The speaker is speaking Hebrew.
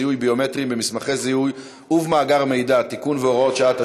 זיהוי ביומטריים במסמכי זיהוי ובמאגר מידע (תיקון והוראות שעה),